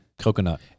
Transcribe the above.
coconut